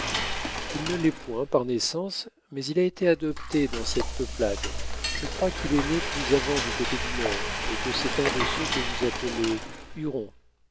il ne l'est point par naissance mais il a été adopté dans cette peuplade je crois qu'il est né plus avant du côté du nord et que c'est un de ceux que vous appelez